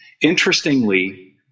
Interestingly